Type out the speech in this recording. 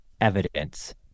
evidence